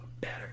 better